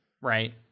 right